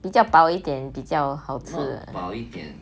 比较薄一点比较好吃